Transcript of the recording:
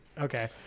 Okay